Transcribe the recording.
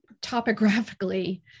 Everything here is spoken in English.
topographically